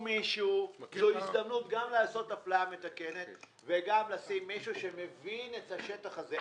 זאת הזדמנות גם לעשות אפליה מתקנת וגם לשים מישהו שמבין את השטח הזה.